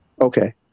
Okay